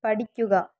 പഠിക്കുക